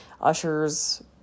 Ushers